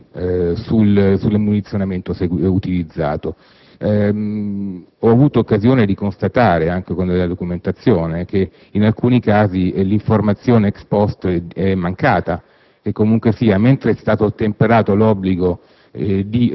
poi un problema relativo alle informazioni sul munizionamento utilizzato; ho avuto occasione di constatare, anche con della documentazione, che in alcuni casi l'informazione *ex post* è mancata